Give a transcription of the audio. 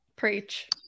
Preach